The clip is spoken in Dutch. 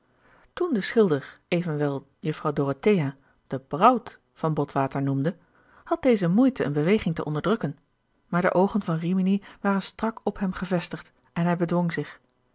de tonnette schilder evenwel juffrouw dorothea de braut van botwater noemde had deze moeite eene beweging te onderdrukken maar de oogen van rimini waren strak op hem gevestigd en hij bedwong zich